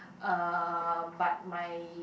uh but my